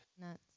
Nuts